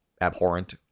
abhorrent